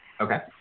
Okay